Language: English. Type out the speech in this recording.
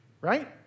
right